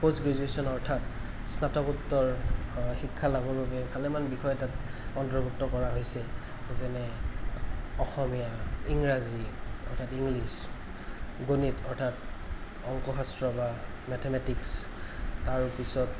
post graduation অৰ্থাৎ স্নাতকোত্তৰ শিক্ষা লাভৰ বাবে ভালেমান বিষয় তাত অন্তৰ্ভুক্ত কৰা হৈছে যেনে অসমীয়া ইংৰাজী অৰ্থাৎ ইংলিছ গণিত অৰ্থাৎ অংকশাস্ত্ৰ বা মেথমেটিক্স তাৰপিছত